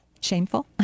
shameful